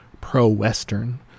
pro-Western